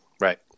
Right